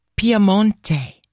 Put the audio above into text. Piemonte